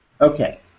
Okay